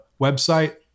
website